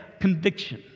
conviction